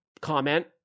comment